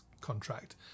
contract